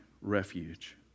refuge